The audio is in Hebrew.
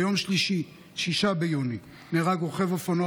ביום שלישי 6 ביוני נהרג רוכב אופנוע